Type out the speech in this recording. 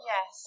Yes